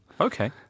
Okay